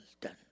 done